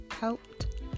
helped